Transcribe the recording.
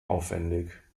aufwendig